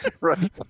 Right